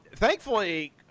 Thankfully